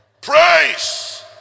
Praise